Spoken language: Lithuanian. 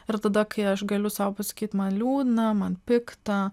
ir tada kai aš galiu sau pasakyt man liūdna man pikta